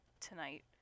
tonight